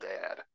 dad